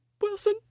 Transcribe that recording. Wilson